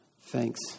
Thanks